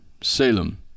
Salem